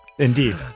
Indeed